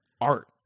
art